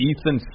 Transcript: Ethan